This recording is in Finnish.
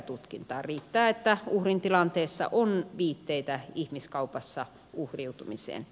riittää että uhrin tilanteessa on viitteitä ihmiskaupassa uhriutumisesta